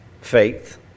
Faith